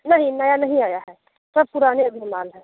नहीं नया नहीं आया है सब पुराने अभी माल है